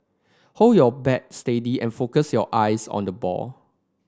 hold your bat steady and focus your eyes on the ball